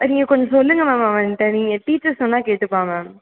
நீங்கள் கொஞ்சம் சொல்லுங்கள் மேம் அவன்கிட்ட நீங்கள் டீச்சர் சொன்னால் கேட்டுக்குவான் மேம்